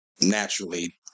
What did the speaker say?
Naturally